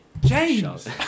James